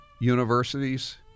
universities